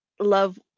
Love